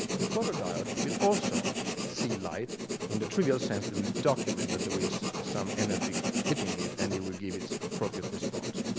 the photodiode will also see light in the trivial sense that it will document that there is some energy hitting it and it will give its appropriate response.